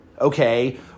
okay